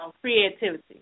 creativity